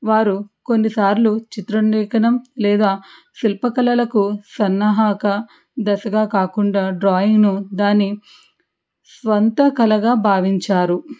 వారు కొన్నిసార్లు చిత్ర లేఖనం లేదా శిల్పకళలకు సన్నహాగా దశగా కాకుండా డ్రాయింగ్ను దాని సొంత కళగా భావించారు